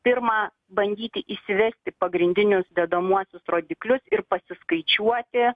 pirma bandyti įsivesti pagrindinius dedamuosius rodiklius ir pasiskaičiuoti